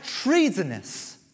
treasonous